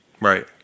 Right